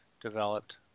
developed